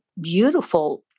beautiful